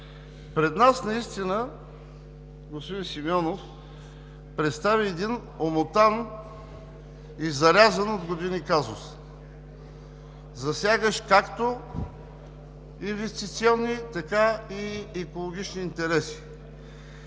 Пред нас господин Симеонов представи един омотан и зарязан от години казус, засягащ както инвестиционни, така и екологични интереси.